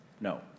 no